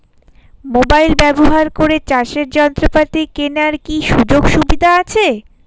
Mobile ব্যবহার করে চাষের যন্ত্রপাতি কেনার কি সুযোগ সুবিধা আছে?